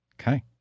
Okay